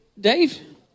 Dave